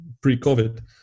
pre-COVID